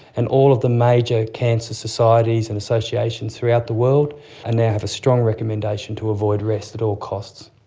and all of the major cancer societies and associations throughout the world now have a strong recommendation to avoid rest at all costs.